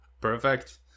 Perfect